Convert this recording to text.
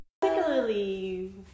Particularly